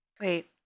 Wait